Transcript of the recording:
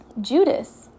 Judas